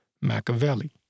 Machiavelli